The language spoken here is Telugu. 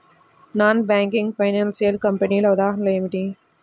నాన్ బ్యాంకింగ్ ఫైనాన్షియల్ కంపెనీల ఉదాహరణలు ఏమిటి?